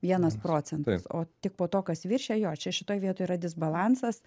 vienas procentas o tik po to kas viršija jo čia šitoj vietoj yra disbalansas